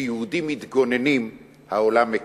כשיהודים מתגוננים העולם מקנא.